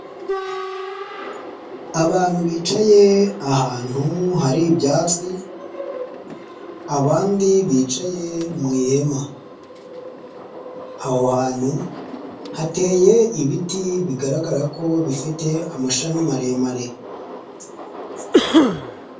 Abantu bicaye ahantu hari ibyatsi, abandi bicaye mu ihema. Aho hantu hateye ibiti bigaragara ko bifite amashami maremare.